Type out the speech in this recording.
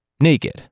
naked